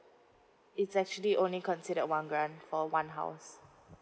it's actually only considered one grant for one house